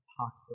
toxic